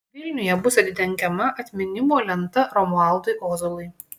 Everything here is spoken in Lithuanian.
vilniuje bus atidengiama atminimo lenta romualdui ozolui